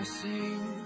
sing